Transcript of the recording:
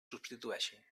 substitueixi